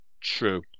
True